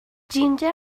جینجر